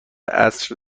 عصر